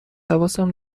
حواسم